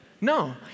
no